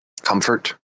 comfort